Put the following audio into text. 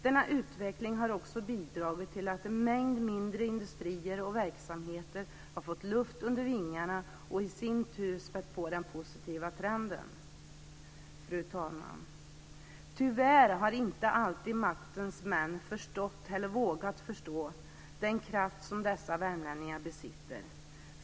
Denna utveckling har också bidragit till att en mängd mindre industrier och verksamheter har fått luft under vingarna och i sin tur spätt på den positiva trenden. Fru talman! Tyvärr har inte alltid "maktens män" förstått, eller vågat förstå, den kraft dessa värmlänningar besitter.